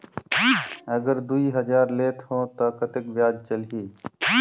अगर दुई हजार लेत हो ता कतेक ब्याज चलही?